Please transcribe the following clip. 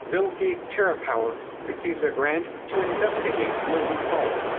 bill gates' terrapower receives a grant to investigate molten salt.